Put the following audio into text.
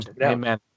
Amen